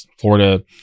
Florida